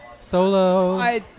Solo